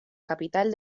capital